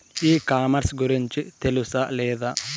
E commerce గురించి తెలుసా లేదా?